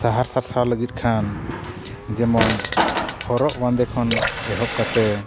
ᱥᱟᱦᱟᱨ ᱥᱟᱨᱥᱟᱣ ᱞᱟᱹᱜᱤᱫ ᱠᱷᱟᱱ ᱡᱮᱢᱚᱱ ᱦᱚᱨᱚᱜ ᱵᱟᱸᱫᱮ ᱠᱷᱚᱱ ᱮᱦᱚᱵ ᱠᱟᱛᱮ